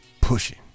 pushing